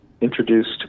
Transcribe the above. introduced